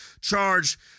charged